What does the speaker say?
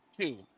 two